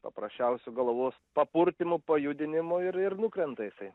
paprasčiausiu galvos papurtymu pajudinimu ir ir nukrenta jisai